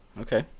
Okay